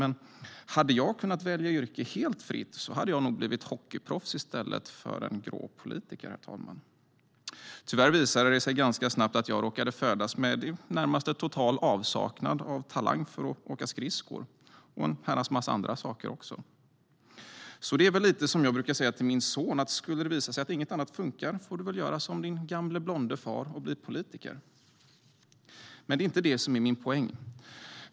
Men om jag hade kunnat välja yrke helt fritt hade jag nog velat bli hockeyproffs i stället för en grå politiker. Tyvärr visade det sig ganska snabbt att jag råkade födas med i det närmaste total avsaknad av talang för att åka skridskor, och en herrans massa andra saker. Det är som jag brukar säga till min son: Skulle det visa sig att inget annat funkar får du väl göra som din gamle blonde far och bli politiker. Men det är inte det som är min poäng.